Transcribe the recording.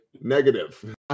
negative